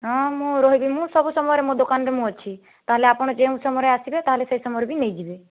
ହଁ ମୁଁ ରହିବି ମୁଁ ସବୁ ସମୟରେ ମୁଁ ଦୋକାନରେ ହିଁ ଅଛି ତା'ହେଲେ ଆପଣ ଯେଉଁ ସମୟରେ ଆସିବେ ତା'ହେଲେ ସେହି ସମୟରେ ବି ନେଇଯିବେ